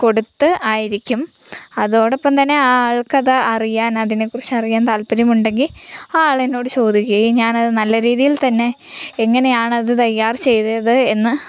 കൊടുത്ത് ആയിരിക്കും അതോടൊപ്പം തന്നെ ആ ആൾക്ക് അത് അറിയാൻ അതിനെക്കുറിച്ച് അറിയാൻ താൽപര്യമുണ്ടെങ്കിൽ ആ ആൾ എന്നോട് ചോദിക്കുകയും ഞാനത് നല്ല രീതിയിൽ തന്നെ എങ്ങനെയാണത് തയ്യാർ ചെയ്തത് എന്ന്